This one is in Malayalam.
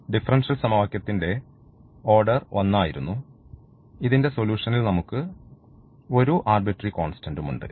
ഡിഫറൻഷ്യൽ സമവാക്യത്തിന്റെ ഓർഡർ ഒന്നായിരുന്നു ഇതിൻറെ സൊലൂഷൻൽ നമുക്ക് 1 ആർബിട്രറി കോൺസ്റ്റന്റുമുണ്ട്